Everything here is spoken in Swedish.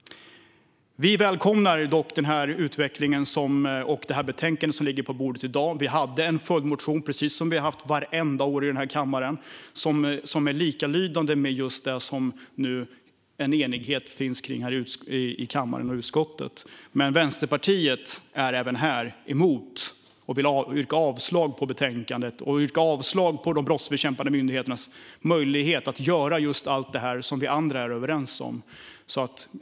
Vi välkomnar dock utvecklingen och det betänkande som i dag ligger på bordet. Vi hade en följdmotion, precis som vi har haft vartenda år i denna kammare, som är likalydande med det förslag som det nu finns en enighet om i kammaren och utskottet. Vänsterpartiet är även här emot detta och yrkar avslag på utskottets förslag i betänkandet och de brottsbekämpande myndigheternas möjlighet att göra allt det som vi andra är överens om.